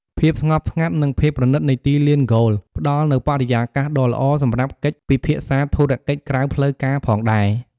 ភាពស្ងប់ស្ងាត់ និងភាពប្រណីតនៃទីលានហ្គោល ផ្ដល់នូវបរិយាកាសដ៏ល្អសម្រាប់កិច្ចពិភាក្សាធុរកិច្ចក្រៅផ្លូវការផងដែរ។